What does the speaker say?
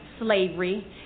slavery